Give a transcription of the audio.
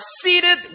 seated